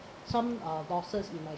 some uh losses in my